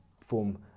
form